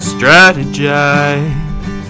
Strategize